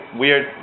weird